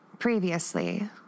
Previously